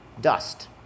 dust